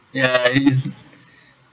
ya it is